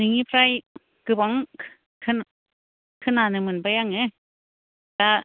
नोंनिफ्राय गोबां खोनानो मोनबाय आङो दा